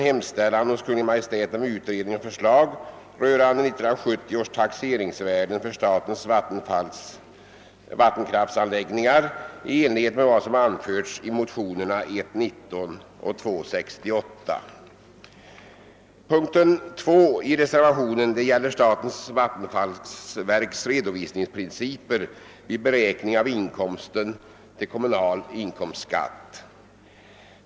Punkten 2 i reservationen gäller statens vattenfallsverks redovisningsprinciper vid beräkning av inkomst till kommunal inkomstskatt.